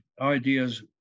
ideas